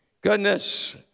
goodness